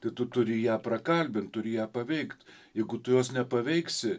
tai tu turi ją prakalbint turi ją paveikt jeigu tu jos nepaveiksi